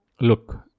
Look